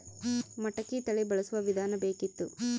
ಮಟಕಿ ತಳಿ ಬಳಸುವ ವಿಧಾನ ಬೇಕಿತ್ತು?